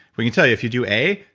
we can tell you if you do a,